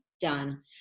done